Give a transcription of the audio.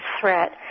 threat